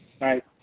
right